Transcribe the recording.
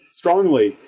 strongly